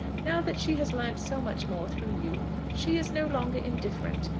now that she has learnt so much more through you, she is no longer indifferent.